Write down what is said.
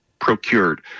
procured